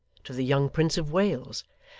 to the young prince of wales,